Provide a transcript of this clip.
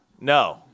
No